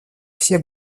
все